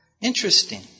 Interesting